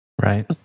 Right